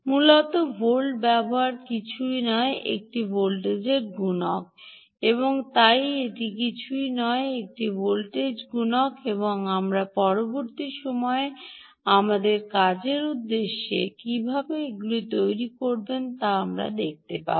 মূলত ভোল্ট ব্যবহার কিছুই নয় একটি ভোল্টেজ গুণক এবং তাই এটি কিছুই নয় একটি ভোল্টেজ গুণক এবং আমরা পরবর্তী সময়ে আমাদের কাজের উদ্দেশ্যে কীভাবে এগুলি তৈরি করবেন তা আমরা দেখতে পাব